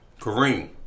Kareem